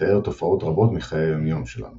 ומתאר תופעות רבות מחיי היומיום שלנו